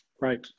Right